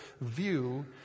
view